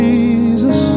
Jesus